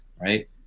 right